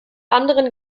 anderen